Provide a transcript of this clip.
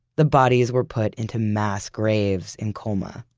the bodies were put into mass graves in colma,